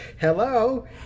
Hello